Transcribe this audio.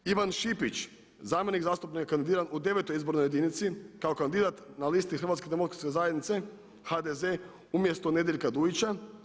Ivan Šipić zamjenik zastupnika kandidiran u devetoj izbornoj jedinici kao kandidat na listi Hrvatske demokratske zajednice HDZ umjesto Nedjeljka Dujića.